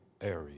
area